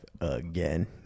again